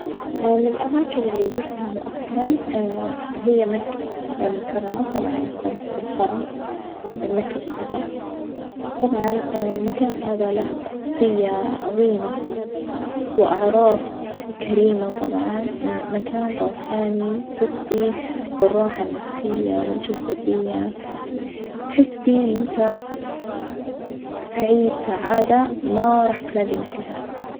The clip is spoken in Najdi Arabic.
من الأماكن اللي زورتها مؤخرًا هي مكة المكرمة طبعًا كنت في الحرم المكي الشريف، طبعًا المكان هذا له قدسية عظيمة وأعراف كريمة طبعًا المكان روحاني تحس فيه بالراحة النفسية والجسدية وتحس فيه إن أنت سعيد سعادة ما راح تلاجي مثلها أبدًا.